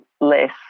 less